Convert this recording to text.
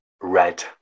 red